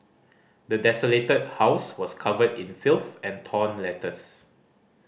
the desolated house was covered in filth and torn letters